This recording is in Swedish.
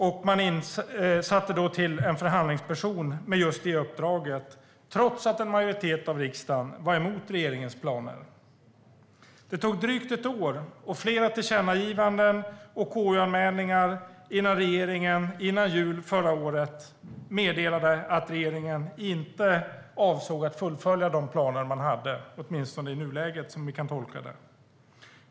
En förhandlingsperson tillsattes med just det uppdraget, trots att en majoritet av riksdagen var emot regeringens planer. Det tog drygt ett år och flera tillkännagivanden och KU-anmälningar innan regeringen före jul förra året meddelade att man inte avsåg att fullfölja de planer man hade, åtminstone inte i nuläget, som vi kan tolka det.